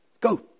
go